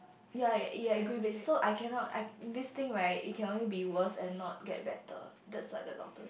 ya ya I agree with so I cannot I this thing right it can only be worse and not get better that's what the doctor